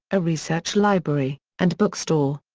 a research library, and book store.